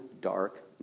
dark